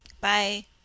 Bye